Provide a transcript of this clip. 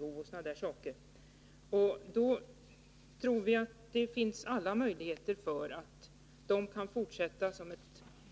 Under sådana förhållanden tror vi att alla möjligheter finns att denna utbildning kan fortsätta som ett